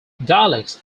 dialects